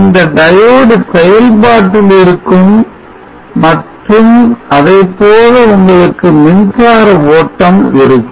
இந்த diode செயல்பாட்டில் இருக்கும் மற்றும் அதைப்போல உங்களுக்கு மின்சார ஓட்டம் இருக்கும்